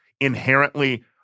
inherently